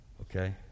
Okay